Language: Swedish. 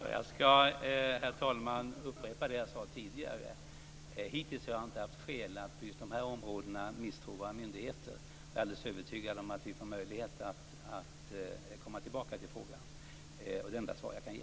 Herr talman! Jag skall upprepa det jag sade tidigare. Hittills har jag inte haft skäl att just på de områdena misstro våra myndigheter. Jag är alldeles övertygad om att vi får möjlighet att komma tillbaka till frågan. Det är det enda svar jag kan ge.